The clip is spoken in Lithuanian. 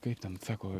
kaip ten sako